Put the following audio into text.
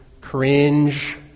cringe